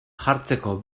jartzeko